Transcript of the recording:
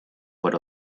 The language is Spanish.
por